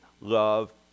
love